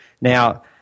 Now